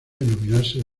denominarse